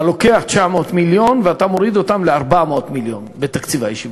אתה לוקח 900 מיליון ואתה מוריד אותם ל-400 מיליון בתקציב הישיבות?